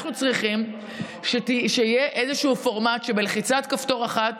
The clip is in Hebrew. אנחנו צריכים שיהיה איזשהו פורמט שבלחיצת כפתור אחת